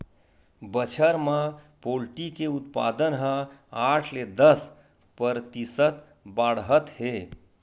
बछर म पोल्टी के उत्पादन ह आठ ले दस परतिसत बाड़हत हे